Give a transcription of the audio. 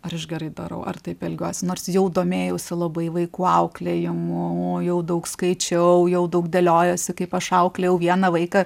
ar aš gerai darau ar taip elgiuosi nors jau domėjausi labai vaikų auklėjimu jau daug skaičiau jau daug dėliojosi kaip aš auklėjau vieną vaiką